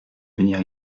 venir